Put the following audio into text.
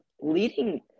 leading –